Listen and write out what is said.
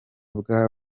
bwa